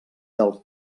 del